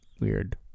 weird